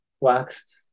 waxed